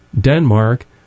Denmark